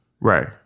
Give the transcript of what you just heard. Right